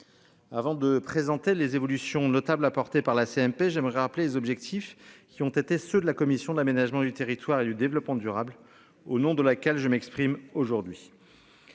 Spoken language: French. Avant de présenter les évolutions notables apportées par la CMP j'aimerais rappeler les objectifs qui ont été ceux de la commission de l'aménagement du territoire et du développement durable au nom de la laquelle je m'exprime aujourd'hui.